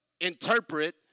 interpret